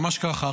ממש ככה,